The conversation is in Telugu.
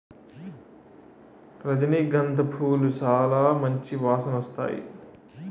రజనీ గంధ పూలు సాలా మంచి వాసనొత్తాయి